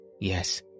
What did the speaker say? Yes